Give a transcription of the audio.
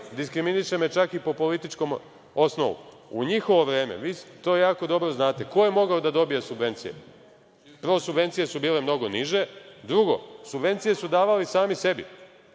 diskriminiše me čak i po političkom osnovu.U njihovo vreme, vi to jako dobro znate, ko je mogao da dobije subvencije? Prvo, subvencije su bile mnogo niže. Drugo, subvencije su davali sami sebi.